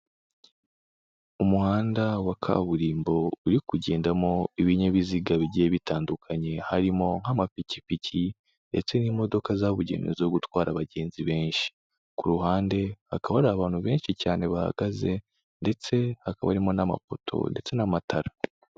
umuhanda wa kaburimbo uri kugendamo ibinyabiziga bigiye bitandukanye, harimo nk'amapikipiki ndetse n'imodoka zabugenewe zo gutwara abagenzi benshi, ku ruhande hakaba hari abantu benshi cyane bahagaze ndetse hakaba harimo n'amapoto ndetse n'amatara.